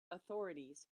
authorities